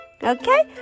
Okay